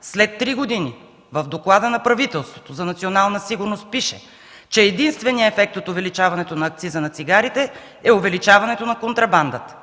След три години в доклада на правителството за национална сигурност пише, че единственият ефект от увеличаването на акциза на цигарите е увеличаването на контрабандата.